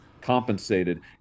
compensated